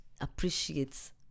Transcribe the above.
appreciates